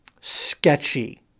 sketchy